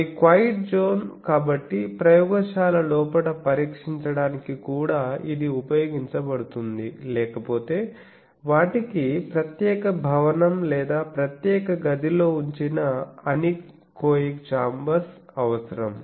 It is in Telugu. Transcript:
అవి క్వయిట్ జోన్ కాబట్టి ప్రయోగశాల లోపల పరీక్షించడానికి కూడా ఇది ఉపయోగించబడుతుంది లేకపోతే వాటికి ప్రత్యేక భవనం లేదా ప్రత్యేక గదిలో ఉంచిన అనెకోయిక్ చాంబర్స్ అవసరం